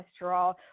cholesterol